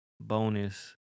bonus